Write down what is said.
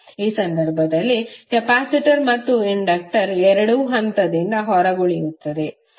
ಈ ಸಂದರ್ಭದಲ್ಲಿ ಕೆಪಾಸಿಟರ್ ಮತ್ತು ಇಂಡಕ್ಟರ್ ಎರಡೂ ಹಂತದಿಂದ ಹೊರಗುಳಿಯುತ್ತವೆ